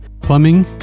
Plumbing